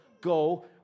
go